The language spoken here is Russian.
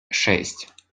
шесть